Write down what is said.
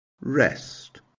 rest